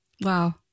wow